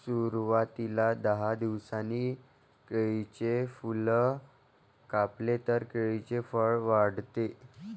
सुरवातीला दहा दिवसांनी केळीचे फूल कापले तर केळीचे फळ वाढते